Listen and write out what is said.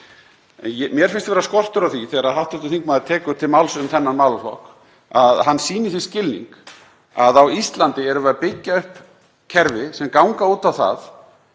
Mér finnst vera skortur á því þegar hv. þingmaður tekur til máls um þennan málaflokk að hann sýni því skilning að á Íslandi erum við að byggja upp kerfi sem ganga út á það